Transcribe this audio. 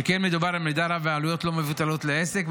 שכן מדובר על מידע רב ועלויות לא מבוטלות לעסק,